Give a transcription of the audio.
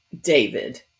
David